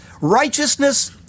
righteousness